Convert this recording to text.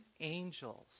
angels